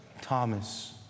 Thomas